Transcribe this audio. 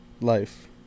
life